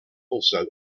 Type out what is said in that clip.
also